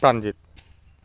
Pranjit